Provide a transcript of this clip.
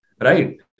right